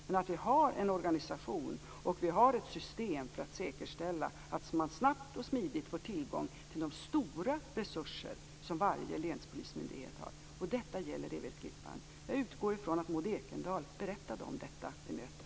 Men det skall finnas en organisation och ett system som skall säkerställa att det går att snabbt och smidigt få tillgång till de stora resurser som varje länspolismyndighet har. Detta gäller även Klippan. Jag utgår från att Maud Ekendahl berättade om detta vid mötet.